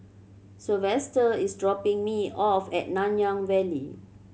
Sylvester is dropping me off at Nanyang Valley